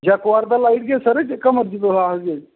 जां कुआर्बल लाई ओड़गे सर जेह्का मर्जी तुस आखगेओ